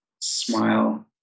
smile